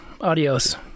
Adios